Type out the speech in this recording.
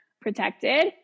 protected